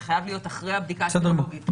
זה חייב להיות אחרי הבדיקה הסרולוגית.